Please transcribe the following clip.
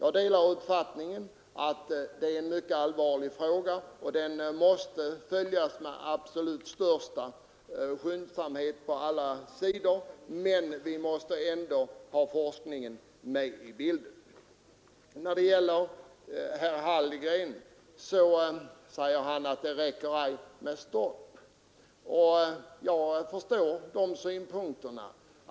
Jag delar uppfattningen om att frågan är mycket allvarlig och måste följas upp med absolut största skyndsamhet på alla sidor, men vi måste ändå ha forskningen med i bilden. Herr Hallgren säger att det inte räcker med möjligheten att stoppa användningen av en gammal maskin. Jag förstår de synpunkterna.